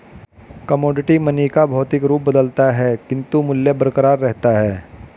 commodity money का भौतिक रूप बदलता है किंतु मूल्य बरकरार रहता है